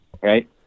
Right